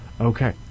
Okay